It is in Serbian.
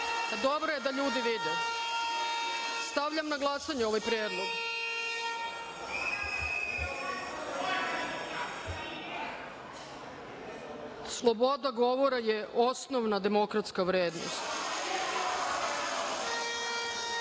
Dobro je da ljudi vide. Stavljam na glasanje ovaj predlog. Sloboda govora je osnovna demokratska